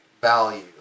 value